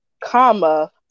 comma